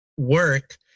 work